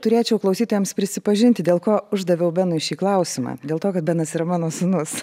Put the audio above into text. turėčiau klausytojams prisipažinti dėl ko uždaviau benui šį klausimą dėl to kad benas yra mano sūnus